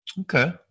okay